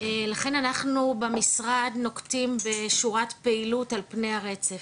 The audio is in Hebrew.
לכן אנחנו במשרד נוקטים בשורת פעילות על פני הרצף,